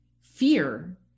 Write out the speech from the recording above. Fear